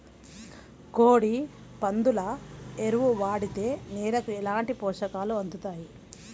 కోడి, పందుల ఎరువు వాడితే నేలకు ఎలాంటి పోషకాలు అందుతాయి